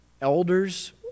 elders